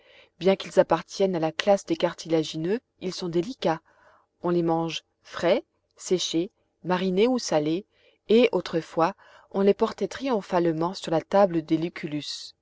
bien qu'ils appartiennent à la classe des cartilagineux ils sont délicats on les mange frais séchés marinés ou salés et autrefois on les portait triomphalement sur la table des lucullus